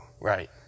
Right